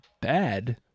bad